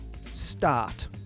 start